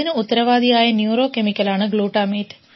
ഇതിനു ഉത്തരവാദിയായ neurochemical ആണ് ഗ്ലൂട്ടാമേറ്റ്